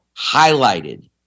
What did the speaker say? highlighted